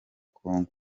kongo